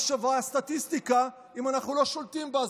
מה שווה הסטטיסטיקה אם אנחנו לא שולטים בה?